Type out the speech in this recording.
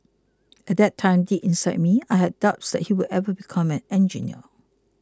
at that time deep inside me I had doubts that he would ever become an engineer